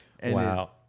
wow